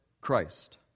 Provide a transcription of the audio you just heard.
Christ